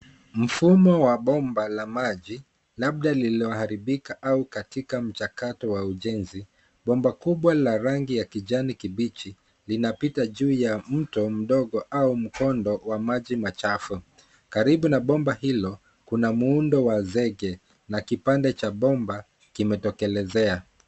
Mfumo wa bomba la maji labda lililoharibika au katika mchakato wa ujenzi. Bomba kubwa la rangi ya kijani kibichi linapita juu ya mto mdogo ama mkondo wa maji machafu. Karibu na bomba hilo kuna muundo wa zege na kipande cha bomba kimetokelezea.